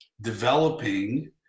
developing